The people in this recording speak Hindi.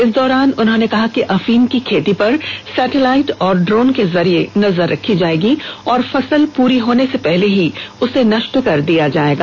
इस दौरान उन्होंने कहा कि अफीम की खेती पर सेटैलाईट और ड्रोन के जरिये नजर रखी जाएगी और फसल पूरी होने से पहले ही उसे नष्ट कर दिया जाएगा